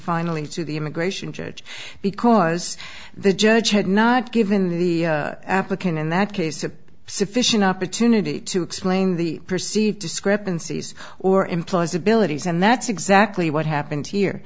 finally to the immigration judge because the judge had not given the applicant in that case a sufficient opportunity to explain the perceived discrepancies or implausibilities and that's exactly what happened here